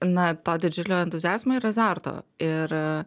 na to didžiulio entuziazmo ir azarto ir